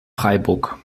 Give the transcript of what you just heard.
freiburg